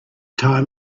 time